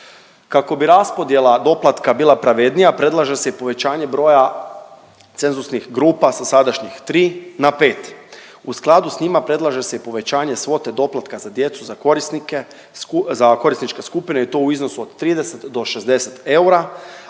Kako bi raspodjela doplatka bila pravednija predlaže se i povećanje broja cenzusnih grupa sa sadašnjih tri na pet. U skladu sa njima predlaže se i povećanje svote doplatka za djecu za korisničke skupine i to u iznosu od 30 do 60 eura,